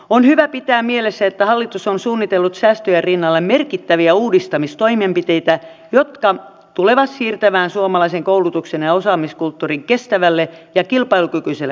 on hyvä pitää mielessä että hallitus on suunnitellut säästöjen rinnalle merkittäviä uudistamistoimenpiteitä jotka tulevat siirtämään suomalaisen koulutuksen ja osaamiskulttuurin kestävälle ja kilpailukykyiselle pohjalle